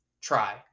try